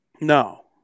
No